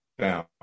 down